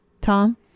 Tom